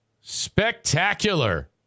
Spectacular